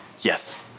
yes